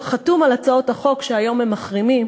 חתום על הצעות החוק שהיום הם מחרימים,